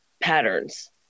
patterns